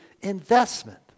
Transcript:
investment